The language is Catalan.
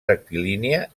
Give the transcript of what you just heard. rectilínia